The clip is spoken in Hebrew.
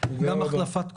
של החלפת כוח.